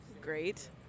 Great